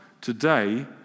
Today